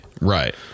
right